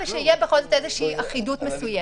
ושתהיה בכל זאת איזושהי אחידות מסוימת.